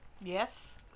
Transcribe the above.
Yes